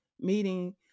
meeting